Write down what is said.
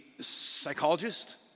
psychologist